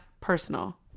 personal